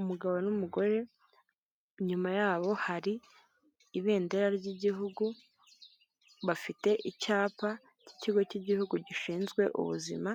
Umugabo n'umugore inyuma yabo hari ibendera ry'Igihugu, bafite icyapa cy'ikigo cy'Igihugu gishinzwe ubuzima